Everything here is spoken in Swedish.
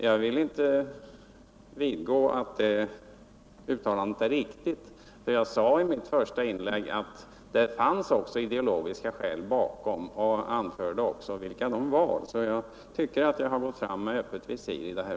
Jag vill inte vidgå att det uttalandet är riktigt. Jag sade i mitt första inlägg att det också fanns ideologiska skäl bakom förslaget, och jag anförde vilka de var. Därför tycker jag att jag har gått fram med öppet visir